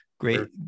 Great